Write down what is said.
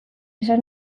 esan